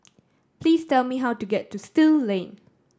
please tell me how to get to Still Lane